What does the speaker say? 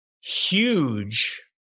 huge